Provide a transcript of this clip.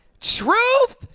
Truth